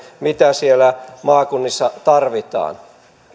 mitä siellä maakunnissa tarvitaan